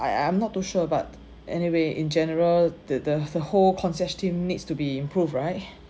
I I'm not too sure but anyway in general the the the whole concierge team needs to be improved right